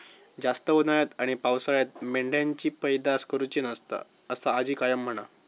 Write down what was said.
जास्त उन्हाळ्यात आणि पावसाळ्यात मेंढ्यांची पैदास करुची नसता, असा आजी कायम म्हणा